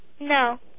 No